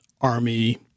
Army